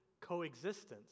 coexistence